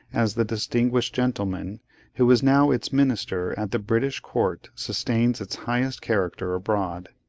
as the distinguished gentleman who is now its minister at the british court sustains its highest character abroad.